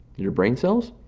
your brain cells,